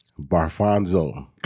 Barfonzo